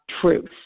truth